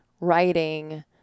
writing